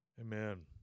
Amen